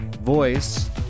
voice